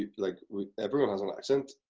like everyone has an accent.